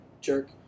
jerk